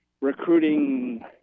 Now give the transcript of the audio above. recruiting –